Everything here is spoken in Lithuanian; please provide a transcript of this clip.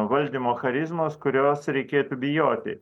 valdymo charizmos kurios reikėtų bijoti